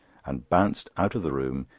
and bounced out of the room,